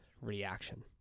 reaction